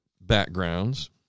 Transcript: backgrounds